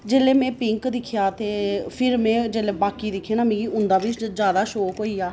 जेल्लै में पिंक दिक्खेआ ते जेल्लै में बाकी दिक्खे ना ते मिगी उं'दा बी जादा शौक होई गेआ